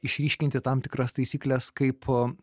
išryškinti tam tikras taisykles kaip